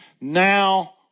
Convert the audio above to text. now